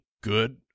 good